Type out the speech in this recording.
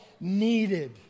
needed